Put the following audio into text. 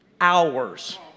hours